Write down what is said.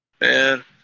Man